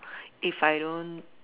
if I don't